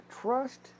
Trust